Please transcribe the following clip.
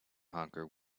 honker